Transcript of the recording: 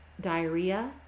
diarrhea